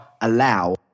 allow